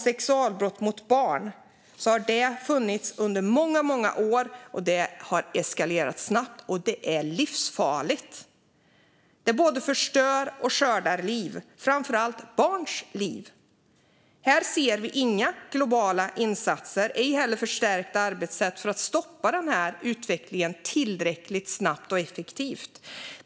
Sexualbrott mot barn har funnits under många år, och det har eskalerat snabbt. Detta är livsfarligt. Det både förstör och skördar liv, framför allt barns liv. Här ser vi inga globala insatser och ej heller förstärkta arbetssätt för att stoppa utvecklingen tillräckligt snabbt och effektivt.